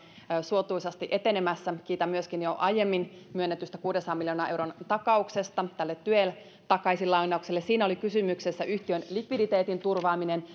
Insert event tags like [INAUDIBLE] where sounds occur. suotuisasti etenemässä kiitän myöskin jo aiemmin myönnetystä kuudensadan miljoonan euron takauksesta tyel takaisinlainaukselle siinä oli kysymyksessä yhtiön likviditeetin turvaaminen [UNINTELLIGIBLE]